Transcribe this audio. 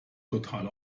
total